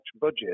budget